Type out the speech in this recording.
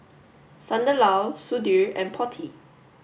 Sunderlal Sudhir and Potti